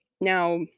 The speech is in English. Now